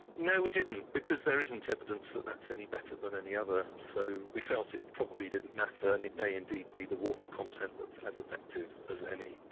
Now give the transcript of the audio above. no we didn't because there isn't evidence that that's any better than any other so we felt it probably didn't matter and it may indeed be the water content that's as effective as any.